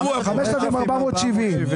5,470 ₪.